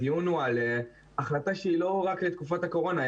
הדיון הוא על החלטה שהיא לא רק לתקופת הקורונה.